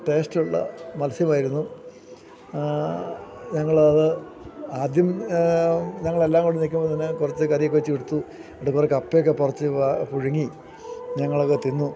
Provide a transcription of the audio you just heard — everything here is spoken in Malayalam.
ടേസ്റ്റുള്ള മത്സ്യമായിരുന്നു ഞങ്ങളത് ആദ്യം ഞങ്ങളെല്ലാം കൂടി നില്ക്കുമ്പോള്ത്തന്നെ കുറച്ച് കറിയൊക്കെ വച്ചെടുത്തു എന്നിട്ട് കുറെ കപ്പയൊക്കെ പറിച്ചു പുഴുങ്ങി ഞങ്ങളൊക്കെ തിന്നു